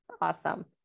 awesome